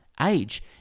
age